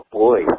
boy